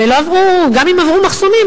וגם אם עברו מחסומים,